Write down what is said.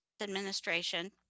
Administration